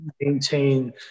maintain